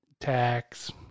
tax